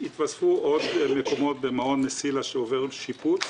יתווספו עוד מקומות במעון מסילה שעובר שיפוץ,